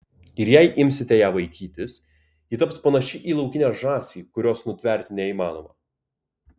ir jei imsite ją vaikytis ji taps panaši į laukinę žąsį kurios nutverti neįmanoma